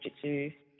Jiu-Jitsu